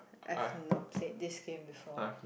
I've not played this game before